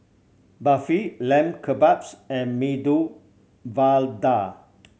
Barfi Lamb Kebabs and Medu Vada